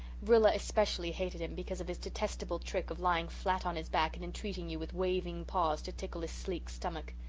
rilla especially hated him because of his detestable trick of lying flat on his back and entreating you with waving paws to tickle his sleek stomach.